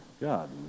God